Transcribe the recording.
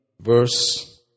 verse